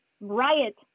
riot